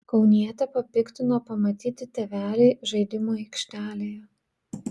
kaunietę papiktino pamatyti tėveliai žaidimų aikštelėje